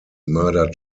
murder